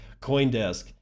Coindesk